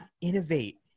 Innovate